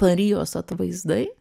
marijos atvaizdai